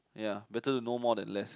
ya better to know more than less